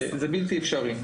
זה בלתי אפשרי.